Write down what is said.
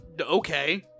okay